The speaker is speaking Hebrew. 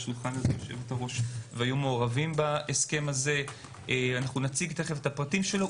השולחן והיו מעורבים בהסכם הזה ותכף נציג את הפרטים שלו.